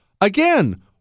again